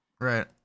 Right